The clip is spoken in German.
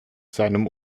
seinem